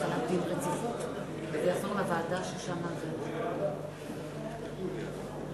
התשע"ב 2012,